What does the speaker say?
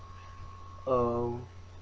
uh